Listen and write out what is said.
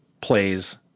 plays